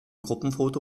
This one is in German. gruppenfoto